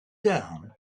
down